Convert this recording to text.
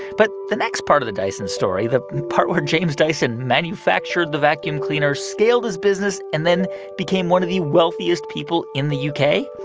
but the next part of the dyson story, the part where james dyson manufactured the vacuum cleaner, scaled his business and then became one of the wealthiest people in the u k,